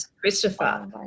Christopher